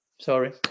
Sorry